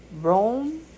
rome